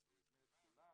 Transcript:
והוא הזמין את כולם